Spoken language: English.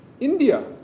India